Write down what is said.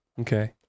Okay